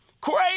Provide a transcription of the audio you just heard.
crazy